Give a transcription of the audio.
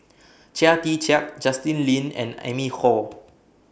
Chia Tee Chiak Justin Lean and Amy Khor